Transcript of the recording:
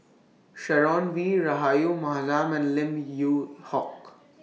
Sharon Wee Rahayu Mahzam and Lim Yew Hock